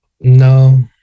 No